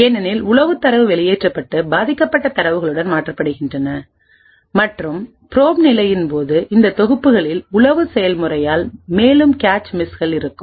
ஏனெனில் உளவு தரவு வெளியேற்றப்பட்டு பாதிக்கப்பட்ட தரவுகளுடன் மாற்றப்படுகிறது மற்றும் ப்ரோப் நிலையின் போது இந்த தொகுப்புகளில் உளவு செயல்முறையால் மேலும் கேச் மிஸ் இருக்கும்